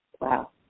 Wow